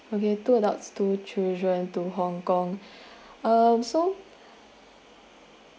okay two adults two children and to hong kong um so